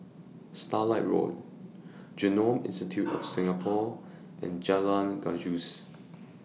Starlight Road Genome Institute of Singapore and Jalan Gajus